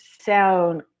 sound